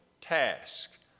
task